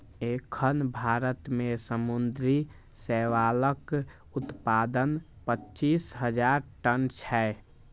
एखन भारत मे समुद्री शैवालक उत्पादन पच्चीस हजार टन छै